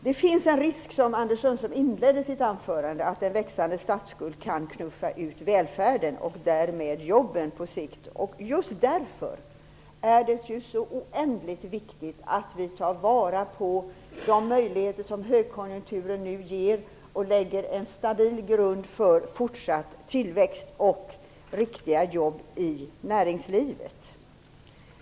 Det finns, som Anders Sundström sade i början av sitt anförande, en risk för att en växande statsskuld kan knuffa ut välfärden och därmed på sikt jobben. Just därför är det så oändligt viktigt att vi tar vara på de möjligheter som högkonjunkturen nu ger och lägger en stabil grund för fortsatt tillväxt och riktiga jobb i näringslivet.